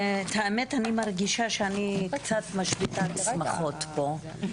האמת אני מרגישה שאני קצת משביתת שמחות פה,